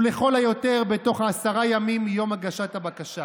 ולכל היותר בתוך עשרה ימים מיום הגשת הבקשה.